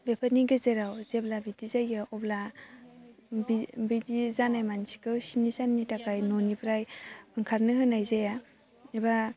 बेफोरनि गेजेराव जेब्ला बिब्दि जायो अब्ला बिदि जानाय मानसिखौ स्नि साननि थाखाय न'निफ्राय ओंखारनो होनाय जाया एबा